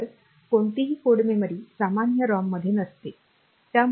तर कोणतीही code memory सामान्य रॉममध्ये नसते